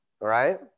right